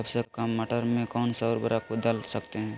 सबसे काम मटर में कौन सा ऊर्वरक दल सकते हैं?